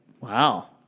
Wow